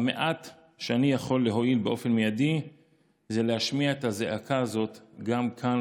המעט שאני יכול להועיל באופן מיידי הוא להשמיע את הזעקה הזאת גם כאן,